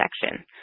section